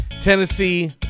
Tennessee